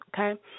okay